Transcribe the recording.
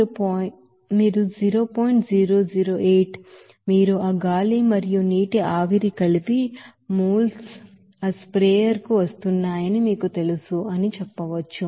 008 మీరు ఆ గాలి మరియు నీటి ఆవిరి కలిసి మోల్స్ ఆ స్ప్రేయర్ కు వస్తున్నాయని మీకు తెలుసు అని చెప్పవచ్చు